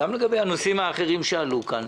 גם לגבי הנושאים האחרים שעלו כאן,